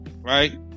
right